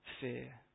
fear